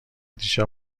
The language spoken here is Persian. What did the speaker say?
دیشب